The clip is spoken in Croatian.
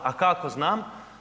A kako znam?